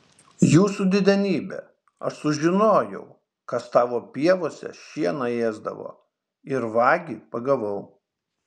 jūsų didenybe aš sužinojau kas tavo pievose šieną ėsdavo ir vagį pagavau